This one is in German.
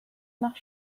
nach